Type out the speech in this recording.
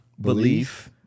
belief